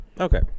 Okay